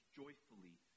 joyfully